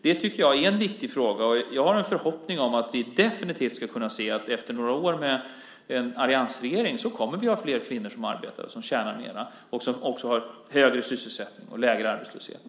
Det tycker jag är en viktig fråga, och jag har en förhoppning om att vi definitivt ska kunna se att efter några år med en alliansregering kommer vi att ha flera kvinnor som arbetar, som tjänar mer och som också har högre sysselsättning och lägre arbetslöshet.